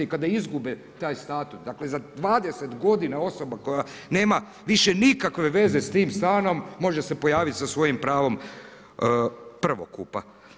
I kada izgube taj status, dakle za 20 godina osoba koja nema više nikakve veze s tim stanom može se pojaviti sa svojim pravom prvokupa.